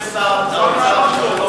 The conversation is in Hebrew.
הכנסת שמולי,